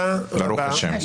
תודה רבה.